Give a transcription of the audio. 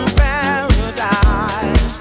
paradise